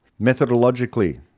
Methodologically